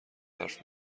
حرف